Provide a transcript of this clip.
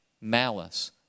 malice